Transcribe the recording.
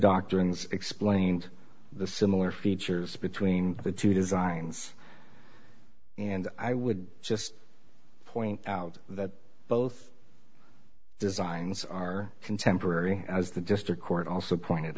doctrines explained the similar features between the two designs and i would just point out that both designs are contemporary as the district court also pointed